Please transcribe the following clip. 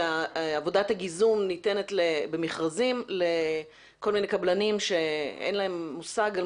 שם עבודת הגיזום ניתנת במכרזים לכל מיני קבלנים שאין להם מושג מה